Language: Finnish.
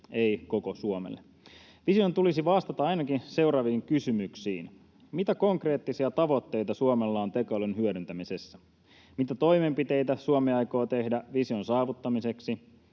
ei koko Suomelle. Vision tulisi vastata ainakin seuraaviin kysymyksiin: Mitä konkreettisia tavoitteita Suomella on tekoälyn hyödyntämisessä? Mitä toimenpiteitä Suomi aikoo tehdä vision saavuttamiseksi?